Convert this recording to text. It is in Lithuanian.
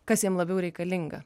kas jiem labiau reikalinga